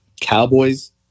Cowboys